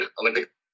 Olympic